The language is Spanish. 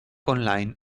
online